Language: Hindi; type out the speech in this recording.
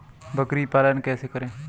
बकरी पालन कैसे करें?